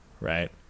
right